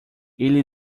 ele